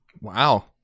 Wow